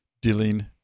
dealing